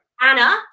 Anna